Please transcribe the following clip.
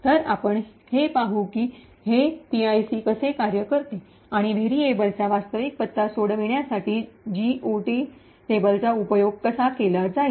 तर आपण हे पाहू की हे पीआयसी कसे कार्य करते आणि व्हेरिएबलचा वास्तविक पत्ता सोडविण्यासाठी जीओटी टेबलचा उपयोग कसा केला जाईल